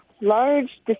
large